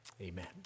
amen